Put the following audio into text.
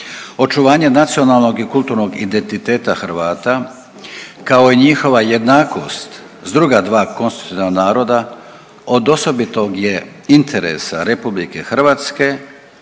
Očuvanje nacionalnog i kulturnog identiteta Hrvata kao i njihova jednakost s druga konstitutivna naroda od osobitog je interesa RH, ove hrvatske